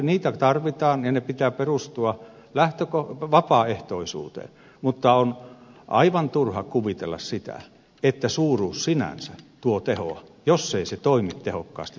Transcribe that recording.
niitä tarvitaan ja niiden pitää perustua vapaaehtoisuuteen mutta on aivan turha kuvitella sitä että suuruus sinänsä tuo tehoa jos se organisaatio ei toimi tehokkaasti